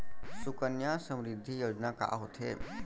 सुकन्या समृद्धि योजना का होथे